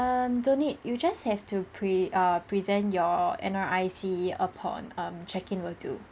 err don't need you just have to pre~ err present your N_R_I_C upon um check in will do